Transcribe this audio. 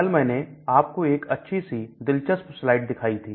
कल मैंने आपको एक अच्छी सी दिलचस्प स्लाइड दिखाई थी